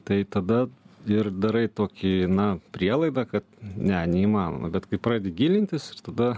tai tada ir darai tokį na prielaidą kad ne neįmanoma bet kai pradedi gilintis ir tada